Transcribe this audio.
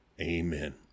Amen